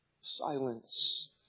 Silence